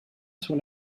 sur